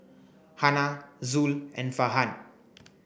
Hana Zul and Farhan